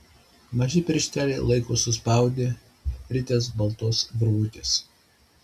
maži piršteliai laiko suspaudę rites baltos virvutės